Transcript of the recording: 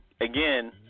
again